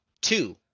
Two